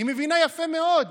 היא מבינה יפה מאוד,